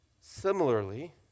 Similarly